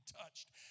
touched